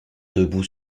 debout